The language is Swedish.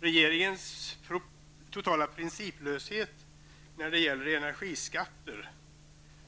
Regeringens totala principlöshet när det gäller energiskatter --